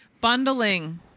Bundling